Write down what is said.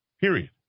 Period